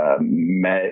met